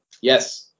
Yes